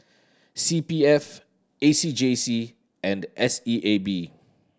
C P F A C J C and S E A B